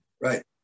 Right